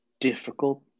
difficult